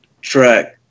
track